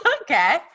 okay